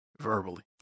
verbally